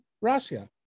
Russia